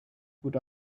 put